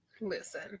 Listen